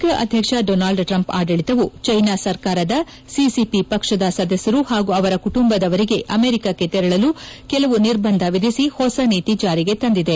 America ಅಧ್ಯಕ್ಷ Donald Trump ಆಡಳಿತವು China ಸರ್ಕಾರದ ಸಿಸಿಪಿ ಪಕ್ಷದ ಸದಸ್ಯರು ಹಾಗೂ ಅವರ ಕುಟುಂಬದವರಿಗೆ ಅಮೆರಿಕಕ್ನೆ ತೆರಳಲು ಕೆಲವು ನಿರ್ಬಂಧ ವಿಧಿಸಿ ಹೊಸ ನೀತಿ ಜಾರಿಗೆ ತಂದಿದೆ